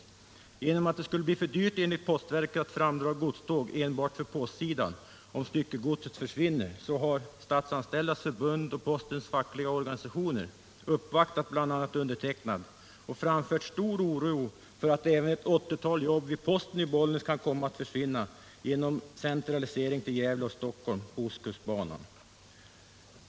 Då det enligt postverket skulle bli för dyrt att framdra godståg enbart för postsidan, om styckegodshanteringen försvinner, har Statsanställdas förbund och postens fackliga organisationer uppvaktat bl.a. mig och framfört stor oro för att även ett 80-tal jobb vid posten i Bollnäs kan komma att försvinna genom centralisering till Gävle och Stockholm på ostkustbanan.